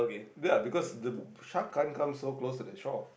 ya because the shark can't come so close to the shore